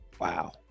Wow